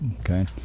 okay